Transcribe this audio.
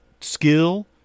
skill